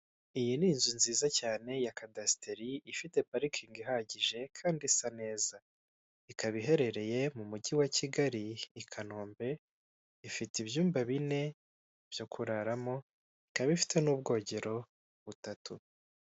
Iyi ni inzu nziza cyane ya kadasiteri ifite parikingi ihagije kandi isa neza, ikaba iherereye mu mujyi wa Kigali i Kanombe ifite ibyumba bine byo kuraramo ikaba ifite n'ubwogero butatu.